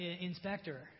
inspector